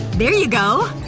there you go